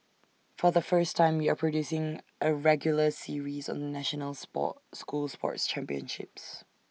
for the first time we are producing A regular series on the national Sport school sports championships